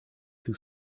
too